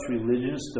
religious